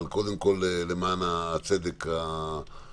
קודם כל, למען הצדק הוועדתי.